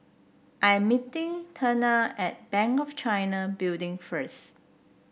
I am meeting Teena at Bank of China Building first